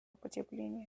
потепления